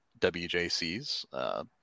WJC's